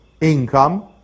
income